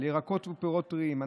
על ירקות ופירות טריים,